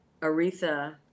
Aretha